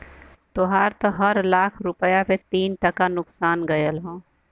तोहार त हर लाख रुपया पे तीन टका नुकसान गयल हौ